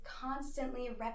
constantly